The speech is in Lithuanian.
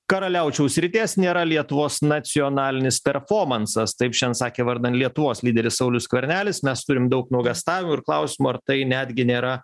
karaliaučiaus srities nėra lietuvos nacionalinis perfomansas taip šen sakė vardan lietuvos lyderis saulius skvernelis mes turim daug nuogąstavimų ir klausimų ar tai netgi nėra